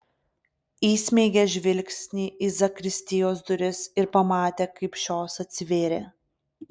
įsmeigė žvilgsnį į zakristijos duris ir pamatė kaip šios atsivėrė